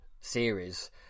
series